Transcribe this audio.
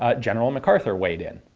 ah general macarthur weighed in.